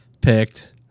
picked